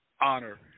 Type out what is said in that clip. honor